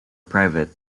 private